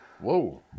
whoa